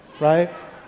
right